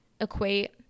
equate